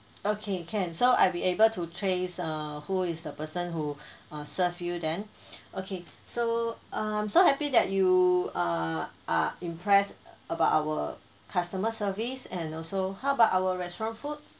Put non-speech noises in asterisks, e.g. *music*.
*noise* okay can so I'll be able to trace err who is the person who *breath* uh serve you then *breath* okay so I'm so happy that you err are impressed about our customer service and also how about our restaurant food